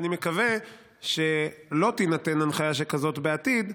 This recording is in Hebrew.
ואני מקווה שלא תינתן הנחיה שכזאת בעתיד,